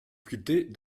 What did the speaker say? difficultés